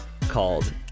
called